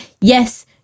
yes